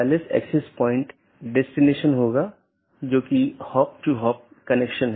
एक विशेष उपकरण या राउटर है जिसको BGP स्पीकर कहा जाता है जिसको हम देखेंगे